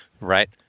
right